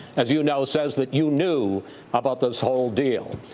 as you know, says that you knew about this whole deal.